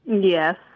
Yes